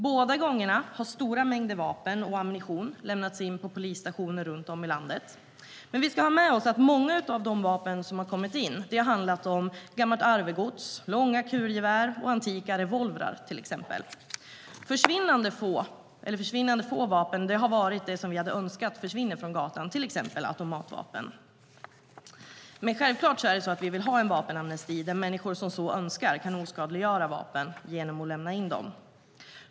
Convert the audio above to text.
Båda gångerna har stora mängder vapen och ammunition lämnats in på polisstationer runt om i landet. Men vi ska ha med oss att många av de vapen som har kommit in har handlat om gammalt arvegods, långa kulgevär och antika revolvrar till exempel. Försvinnande få vapen har varit sådana som vi hade önskat skulle försvinna från gatan, till exempel automatvapen. Självklart är det så att vi vill ha en vapenamnesti där människor som så önskar kan oskadliggöra vapen genom att lämna in dem.